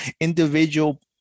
individual